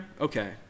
okay